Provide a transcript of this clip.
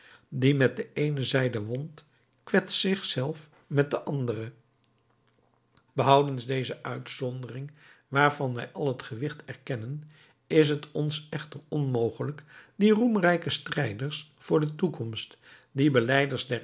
die met de eene zijde wondt kwetst zich zelf met de andere behoudens deze uitzondering waarvan wij al het gewicht erkennen is t ons echter onmogelijk die roemrijke strijders voor de toekomst die belijders der